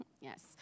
yes